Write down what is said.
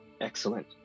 Excellent